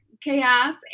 chaos